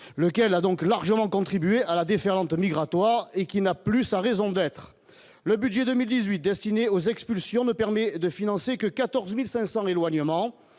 lequel a donc largement contribué à la déferlante migratoire et qui n'a plus sa raison d'être: le budget 2018 destiné aux expulsions ne permet de financer que 14500 l'éloignement,